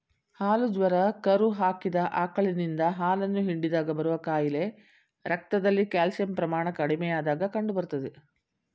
ಹಾಲು ಜ್ವರ ಕರು ಹಾಕಿದ ಆಕಳಿನಿಂದ ಹಾಲನ್ನು ಹಿಂಡಿದಾಗ ಬರುವ ಕಾಯಿಲೆ ರಕ್ತದಲ್ಲಿ ಕ್ಯಾಲ್ಸಿಯಂ ಪ್ರಮಾಣ ಕಡಿಮೆಯಾದಾಗ ಕಂಡುಬರ್ತದೆ